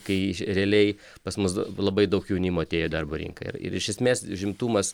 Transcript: kai realiai pas mus labai daug jaunimo atėjo į darbo rinką ir iš esmės užimtumas